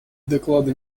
доклады